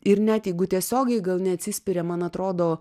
ir net jeigu tiesiogiai gal neatsispiria man atrodo